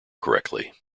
correctly